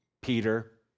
Peter